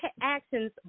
actions